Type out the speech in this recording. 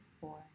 four